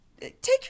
take